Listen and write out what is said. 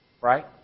Right